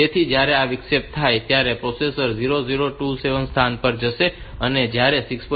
તેથી જ્યારે આ વિક્ષેપ થાય છે ત્યારે પ્રોસેસર 002C સ્થાન પર જશે અને જ્યારે 6